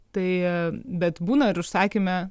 tai bet būna ir užsakyme